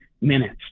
minutes